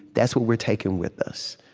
that's what we're taking with us.